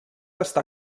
està